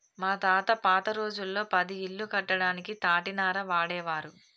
మా తాత పాత రోజుల్లో పది ఇల్లు కట్టడానికి తాటినార వాడేవారు